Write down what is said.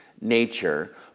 nature